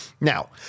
Now